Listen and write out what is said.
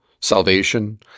salvation